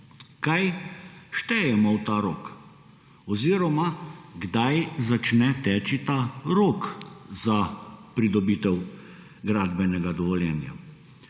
kaj štejemo v ta rok oziroma kdaj začne teči ta rok za pridobitev gradbenega dovoljenja.